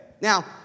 Now